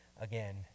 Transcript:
again